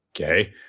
Okay